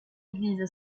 église